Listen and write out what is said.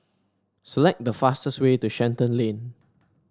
select the fastest way to Shenton Lane